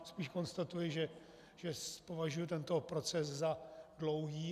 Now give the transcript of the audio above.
Spíše konstatuji, že považuji tento proces za dlouhý.